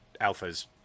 alpha's